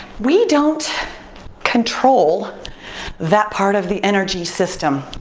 we don't control that part of the energy system.